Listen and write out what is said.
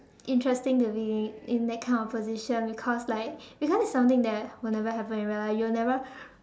interesting to be in that kind of position because like because it's something that will never happen in real life you will never